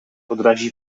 odráží